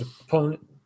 opponent